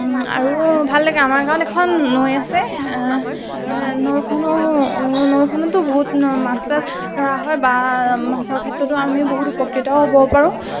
আৰু ভাল লাগে আমাৰ গাঁৱত এখন নৈ আছে নৈখনো নৈখনতো বহুত মাছ চাছ ধৰা হয় বা মাছৰ ক্ষেত্ৰতো আমি বহুত উপকৃত হ'ব পাৰোঁ